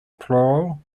plural